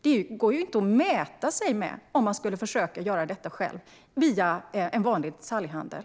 Det går inte att mäta sig med det om man skulle försöka att göra detta själv via en vanlig detaljhandel.